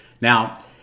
Now